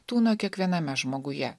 tūno kiekviename žmoguje